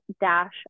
dash